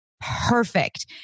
perfect